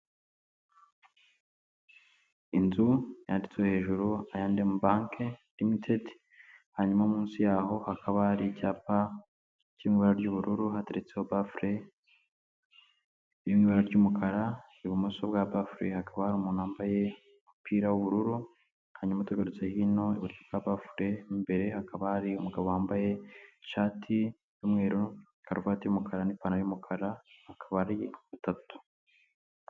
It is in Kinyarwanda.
Inzu yanditseho hejuru I&m bank limitedi hanyuma musiyaho hakaba Hari icyapa cyubururu hateretseho mbafure iri mwibara ryumuka ibumoso bwa mbafure hakaba Hari umuntu wambaye umupira wubururu hanyuma tugarutsehino iburyo bwa mbafure imbere hakaba harumugabo wabmaye ishati y'umweru karuvate y'umukara nipanaro y'umukara bakaba ari batatu